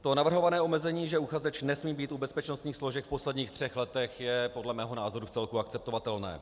To navrhované omezení, že uchazeč nesmí být u bezpečnostních složek v posledních třech letech, je podle mého názoru celkem akceptovatelné.